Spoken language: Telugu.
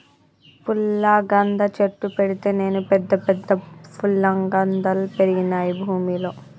పుల్లగంద చెట్టు పెడితే నేను పెద్ద పెద్ద ఫుల్లగందల్ పెరిగినాయి భూమిలో